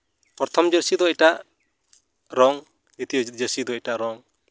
ᱯᱨᱚᱛᱚᱢ ᱡᱟᱹᱨᱥᱤ ᱫᱚ ᱮᱴᱟᱜ ᱨᱚᱝ ᱫᱤᱛᱤᱭᱚ ᱡᱟᱹᱨᱥᱤ ᱫᱚ ᱟᱴᱟᱜ ᱨᱚᱝ